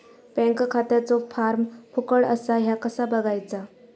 Bank खात्याचो form फुकट असा ह्या कसा बगायचा?